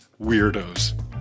Weirdos